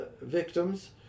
victims